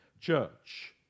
church